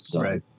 Right